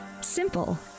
Simple